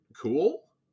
Cool